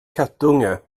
kattunge